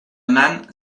man